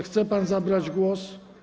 Chce pan zabrać głos?